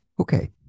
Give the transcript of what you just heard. Okay